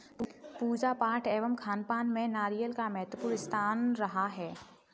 पूजा पाठ एवं खानपान में नारियल का महत्वपूर्ण स्थान रहा है